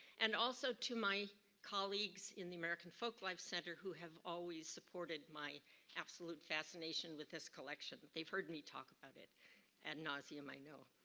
and also to my colleagues in the american folk life center who have always supported my absolute fascination with this collection. they've heard me talk about it at nausea i know.